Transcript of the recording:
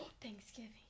Thanksgiving